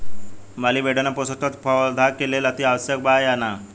Molybdenum पोषक तत्व पौधा के लेल अतिआवश्यक बा या न?